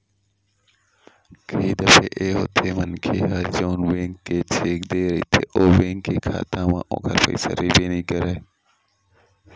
कई दफे ए होथे मनखे ह जउन बेंक के चेक देय रहिथे ओ बेंक के खाता म ओखर पइसा रहिबे नइ करय